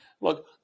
look